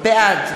בעד